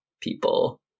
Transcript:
people